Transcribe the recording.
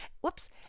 Whoops